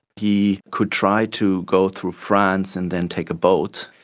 he could try to go through france and then take a boat.